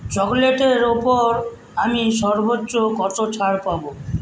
চকোলেটের ওপর আমি সর্বোচ্চ কত ছাড় পাবো